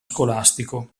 scolastico